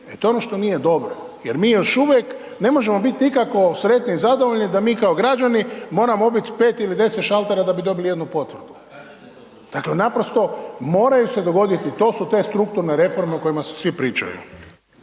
e to je ono što nije dobro jer mi još uvijek ne možemo biti nikako sretni i zadovoljni da mi kao građani moramo obit 5 ili 10 šaltera da bi dobili jednu potvrdu. Dakle, moraju se dogoditi to su te strukturne reforme o kojima svi pričaju.